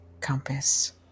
compass